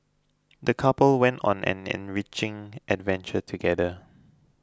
the couple went on an enriching adventure together